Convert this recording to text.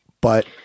But-